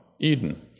Eden